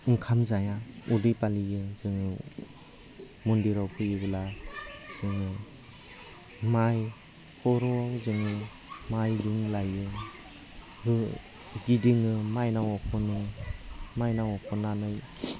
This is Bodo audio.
ओंखाम जाया उदै खालियाव जोङो मन्दिराव फैयोब्ला जोङो माइ खर'आव जोङो माइरं लायो गिदिङो माइनावखौ लानानै